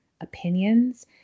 opinions